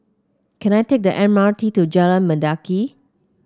can I take the M R T to Jalan Mendaki